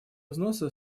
взносы